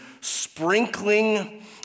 sprinkling